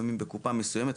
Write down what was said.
לפעמים בקופה מסוימת,